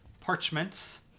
parchments